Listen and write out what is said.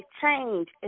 change